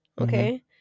Okay